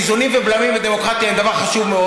איזונים ובלמים בדמוקרטיה הם דבר חשוב מאוד